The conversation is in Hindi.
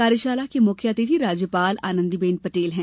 कार्यशाला की मुख्य अतिथि राज्यपाल आनंदीबेन पटेल हैं